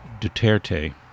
Duterte